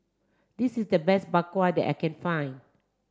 this is the best bak kwa that I can find